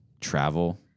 travel